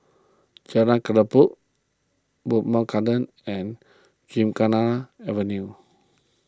Jalan Bowmont Gardens and Gymkhana Avenue